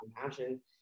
compassion